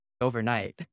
overnight